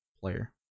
player